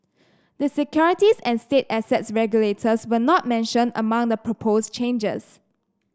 the securities and state assets regulators were not mentioned among the proposed changes